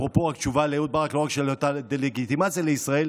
אפרופו התשובה לאהוד ברק היא שלא רק שלא הייתה דה-לגיטימציה לישראל,